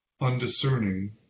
undiscerning